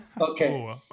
Okay